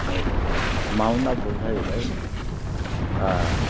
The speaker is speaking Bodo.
नाथाय माउण्ट आबुआ जाहैबाय